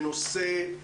על סדר-היום: